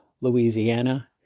Louisiana